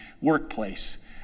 workplace